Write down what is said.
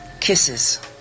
kisses